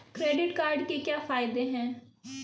Credit card के क्या फायदे हैं?